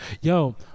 Yo